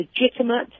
legitimate